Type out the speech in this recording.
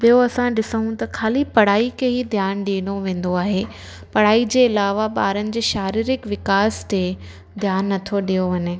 ॿियो असां ॾिसूं त ख़ाली पढ़ाई खे ई ध्यानु ॾिनो वेन्दो आहे पढ़ाईअ जे अलावा ॿारनि जे शारीरिकु विकास ते ध्यानु नथो ॾिनो वञे